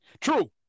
true